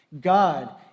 God